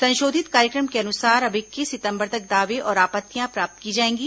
संशोधित कार्यक्रम के अनुसार अब इक्कीस सितम्बर तक दावे और आपतियां प्राप्त की जाएंगी